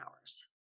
hours